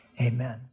Amen